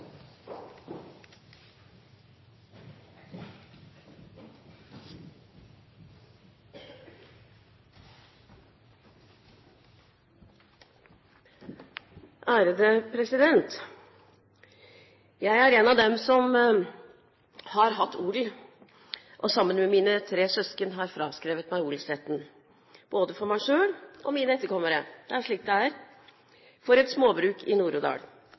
en av dem som har hatt odel, og sammen med mine tre søsken har jeg fraskrevet meg odelsretten både for meg selv og for mine etterkommere – det er slik det er – til et småbruk i